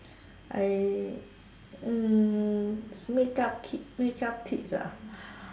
I mm makeup tips makeup tips ah